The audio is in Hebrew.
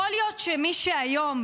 יכול להיות שמי שהיום,